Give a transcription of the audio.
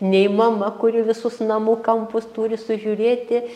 nei mama kuri visus namų kampus turi sužiūrėti